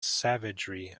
savagery